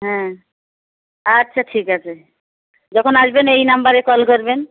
হ্যাঁ আচ্ছা ঠিক আচে যখন আসবেন এই নম্বরে কল করবেন